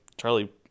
Charlie